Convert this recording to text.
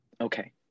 Okay